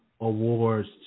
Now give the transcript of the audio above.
awards